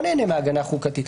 וזה לא נהנה מהגנה חוקתית.